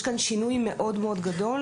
יש כאן שינוי מאוד מאוד גדול,